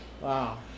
Wow